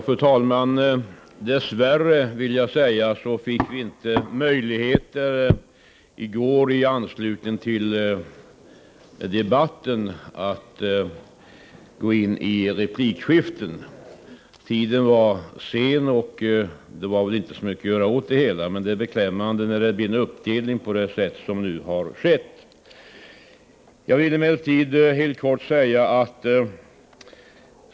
Fru talman! Dess värre fick vi inte i anslutning till debatten i går möjlighet att gå in i replikskiften. Tiden var långt framskriden, och det var väl inte så mycket att göra åt det hela. Men det är beklämmande när det blir en uppdelning på det sätt som nu har skett.